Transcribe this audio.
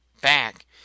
back